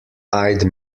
eyed